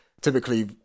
typically